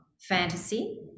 fantasy